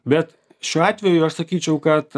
bet šiuo atveju aš sakyčiau kad